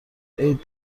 عید